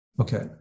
Okay